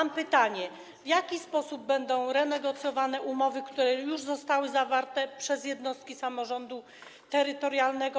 Mam pytanie: W jaki sposób będą renegocjowane umowy, które już zostały zawarte przez jednostki samorządu terytorialnego?